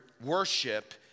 worship